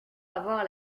avoir